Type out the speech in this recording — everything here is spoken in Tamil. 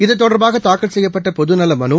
இது தொடர்பாக தாக்கல் செய்யப்பட்ட பொதுநல மனு